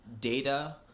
data